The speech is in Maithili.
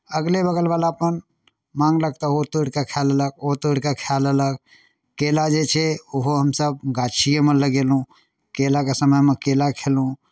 अगले बगलवला अपन माङ्गलक तऽ ओ तोड़ि कऽ खाए लेलक ओ तोड़ि कऽ खाए लेलक केरा जे छै ओहो हमसभ गाछिएमे लगयलहुँ केराके समयमे केरा खयलहुँ